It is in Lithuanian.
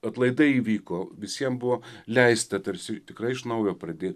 atlaidai įvyko visiem buvo leista tarsi tikrai iš naujo pradėt